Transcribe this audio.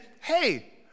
hey